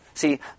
See